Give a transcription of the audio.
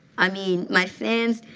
i mean, my fans,